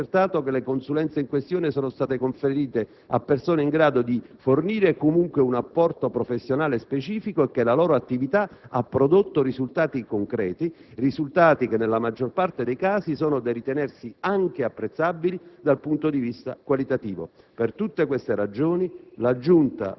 Sulla base di quanto esposto può considerarsi altresì accertato che le consulenze in questione sono state conferite a persone in grado di fornire comunque un apporto professionale specifico e che la loro attività ha prodotto risultati concreti che nella maggior parte dei casi sono da ritenersi anche apprezzabili dal punto di vista qualitativo.